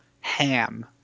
ham